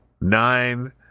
nine